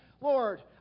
Lord